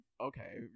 Okay